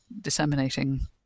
disseminating